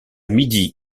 midi